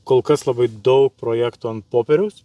kol kas labai daug projektų ant popieriaus